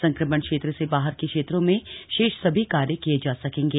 संक्रमण क्षेत्र से बाहर के क्षेत्रों में शेष सभी कार्य किए जा सकेंगे